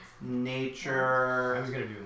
nature